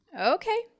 Okay